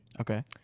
Okay